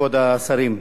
כבוד השרים,